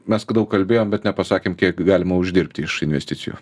mes daug kalbėjom bet nepasakėm kiek galima uždirbti iš investicijų